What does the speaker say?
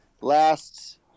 last